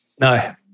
No